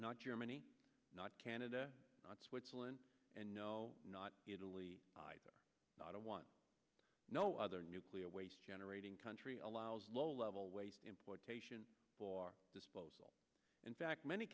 not germany not canada not switzerland and no not italy not a one no other nuclear waste generating country allows low level waste importation for disposal in fact many